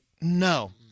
no